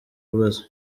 bibazo